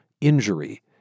Injury